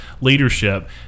leadership